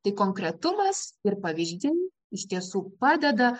tai konkretumas ir pavyzdžiai iš tiesų padeda